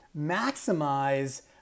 maximize